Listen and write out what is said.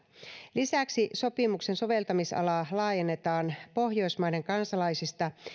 lisäksi sopimuksen soveltamisalaa laajennetaan pohjoismaiden kansalaisista